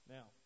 Now